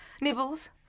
Nibbles